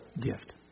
gift